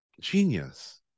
genius